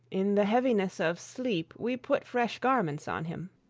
in the heaviness of sleep we put fresh garments on him.